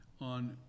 on